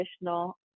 additional